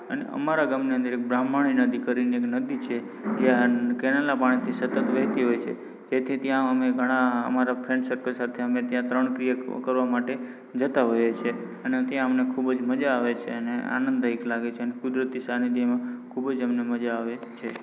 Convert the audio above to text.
અને અમારા ગામની અંદર બ્રાહ્મણી નદી કરીને એક નદી છે ત્યાં કેનાલના પાણીથી સતત વહેતી હોય છે તેથી ત્યાં અમે ઘણા અમારા ફ્રેન્ડ સર્કલ સાથે અમે ત્યાં તરણ ક્રિયા કરવા માટે જતા હોઈએ છીએ અને ત્યાં અમને ખૂબ જ મજા આવે છે અને આનંદદાયક લાગે છે અને કુદરતી સાનિધ્યમાં ખૂબ જ અમને મજા આવે છે